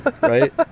Right